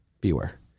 Beware